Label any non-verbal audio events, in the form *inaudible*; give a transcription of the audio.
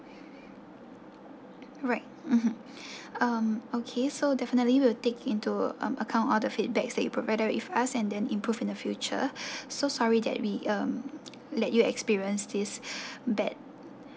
right mmhmm *breath* um okay so definitely will take into um account all the feedbacks that you provided with us and then improve in the future *breath* so sorry that we um let you experience this *breath* bad